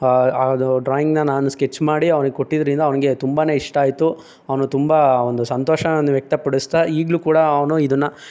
ಅದು ಡ್ರಾಯಿಂಗ್ನ ನಾನು ಸ್ಕೆಚ್ ಮಾಡಿ ಅವ್ನಿಗೆ ಕೊಟ್ಟಿದರಿಂದ ಅವ್ನಿಗೆ ತುಂಬನೇ ಇಷ್ಟ ಆಯಿತು ಅವನು ತುಂಬ ಒಂದು ಸಂತೋಷವನ್ನು ವ್ಯಕ್ತಪಡಿಸ್ತಾ ಈಗಲೂ ಕೂಡ ಅವನು ಇದನ್ನು